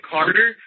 Carter